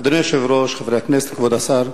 אדוני היושב-ראש, חברי הכנסת, כבוד השר,